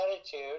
attitude